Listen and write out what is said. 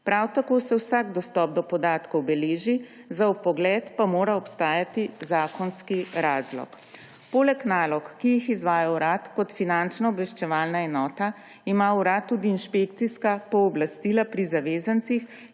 Prav tako se vsak dostop do podatkov beleži, za vpogled pa mora obstajati zakonski razlog. Poleg nalog, ki jih izvaja urad kot finančna obveščevalna enota ima urad tudi inšpekcijska pooblastila pri zavezancih,